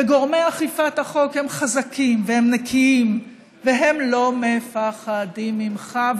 וגורמי אכיפת החוק הם חזקים והם נקיים והם לא מפחדים ממך.